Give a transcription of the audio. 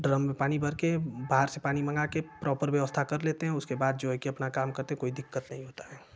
drum में पानी भर कर बाहर से पानी मंगा के प्रॉपर व्यवस्था कर लेते है उसके बाद जो है की अपना काम करते है कोइ दिक्कत नहीं होता है